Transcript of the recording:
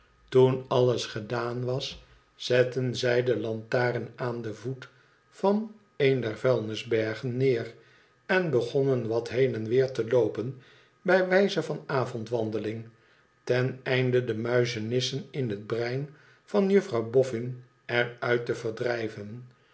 toen alles gedaan was zetten zij de lantaren aan den voet van een der vuilnisbergen neer en begonnen wat heen en weer te loopen bij wijze van avondwandeling ten einde de muizenissen in het brein van juffrouw boffin er uit te verdrijven